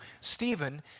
Stephen